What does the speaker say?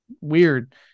weird